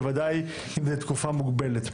בוודאי אם זה תקופה מוגבלת.